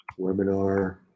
Webinar